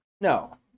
No